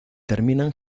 terminan